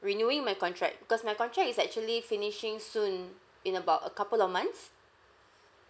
renewing my contract because my contract is actually finishing soon in about a couple of months